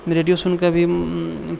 radio सुनके भी